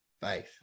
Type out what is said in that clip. faith